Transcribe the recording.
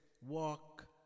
walk